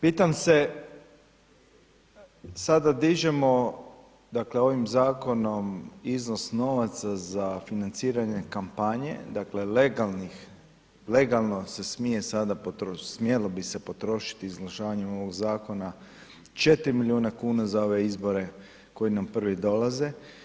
Pitam se, sada dižemo dakle ovim zakonom iznos novaca za financiranje kampanje dakle legalnih, legalno se sada smije potrošiti, smjelo bi se potrošiti izglašavanjem ovog zakona 4 miliona kuna za ove izbore koji nam prvi dolaze.